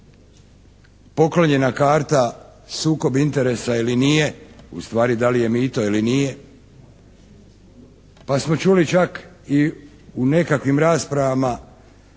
poklonjena karta sukob interesa ili nije, u stvari da li je mito ili nije, pa smo čuli čak i u nekakvim raspravama